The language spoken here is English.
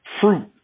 fruit